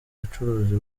bucuruzi